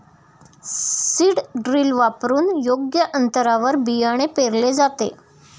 seed drill वापरून योग्य अंतरावर बियाणे पेरले जाते